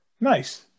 Nice